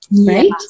right